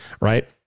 Right